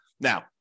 Now